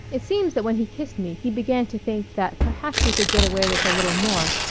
it seems that when he kissed me he began to think that perhaps he could get away with a little more,